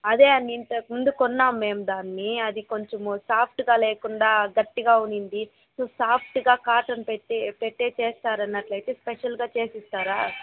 అదే అండి ఇంతకుముందు కొన్నాము మేము దాన్ని అది కొంచెం సాఫ్ట్గా లేకుండా గట్టిగా ఉన్నింది సాఫ్ట్గా కాటన్ పెట్టి పెట్టే చేస్తారన్నట్లయితే స్పెషల్గా చేసి ఇస్తారా